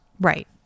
Right